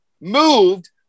moved